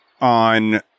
on